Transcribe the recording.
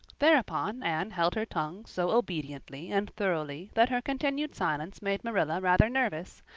thereupon anne held her tongue so obediently and thoroughly that her continued silence made marilla rather nervous,